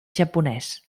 japonès